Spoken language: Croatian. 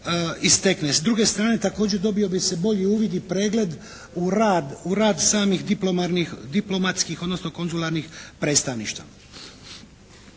S druge strane također dobio bi se bolji uvid u pregled u rad samih diplomatskih odnosno konzularnih predstavništva.